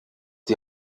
die